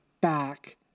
back